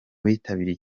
bitabiriye